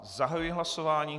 Zahajuji hlasování.